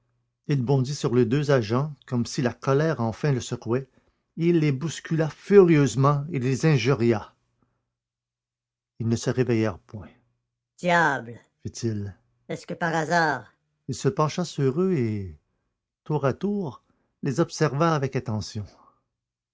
il bondit sur les deux agents comme si la colère enfin le secouait et il les bouscula furieusement et les injuria ils ne se réveillèrent point diable fit-il est-ce que par hasard il se pencha sur eux et tour à tour les observa avec attention